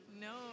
no